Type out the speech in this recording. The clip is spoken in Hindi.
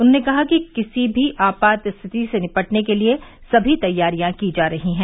उन्होंने कहा कि किसी भी आपात स्थिति से निपटने के लिए सभी तैयारियां की जा रही हैं